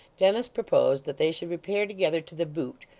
dennis proposed that they should repair together to the boot,